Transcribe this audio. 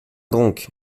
donc